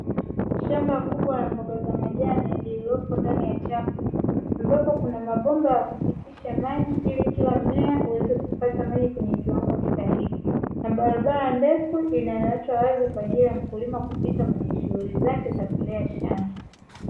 Shamba kubwa la mboga za majini lililoko ndani ya chafu, ambapo Kuna mabomba ya kupitisha maji , ili Kila mmea uweze kupata maji kwa kiwango stahiki, na barabara ndefu inayoachwa wazi kwaajili ya mkulima kupita kwenye shunghuli zake za kulea shamba.